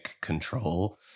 control